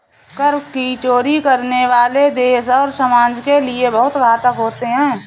कर की चोरी करने वाले देश और समाज के लिए बहुत घातक होते हैं